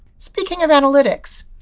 speaking of analytics,